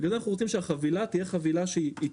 ובגלל זה אנחנו רוצים שהחבילה תהיה חבילה טובה,